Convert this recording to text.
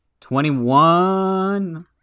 Twenty-one